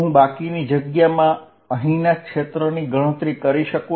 હું બાકીની જગ્યામાં અહીંના ક્ષેત્રની ગણતરી કરી શકું